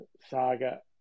saga